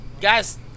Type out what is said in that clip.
guys